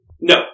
No